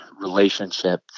relationship